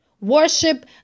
Worship